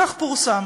כך פורסם.